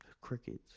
Crickets